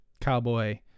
cowboy